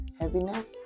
heaviness